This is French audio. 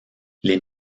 les